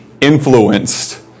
influenced